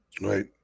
Right